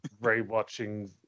re-watching